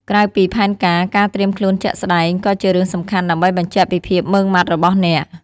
ក្រៅពីផែនការ ការត្រៀមខ្លួនជាក់ស្តែងក៏ជារឿងសំខាន់ដើម្បីបញ្ជាក់ពីភាពម៉ឺងម៉ាត់របស់អ្នក។